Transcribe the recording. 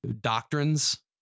doctrines